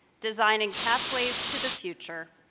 designing pathways to the future,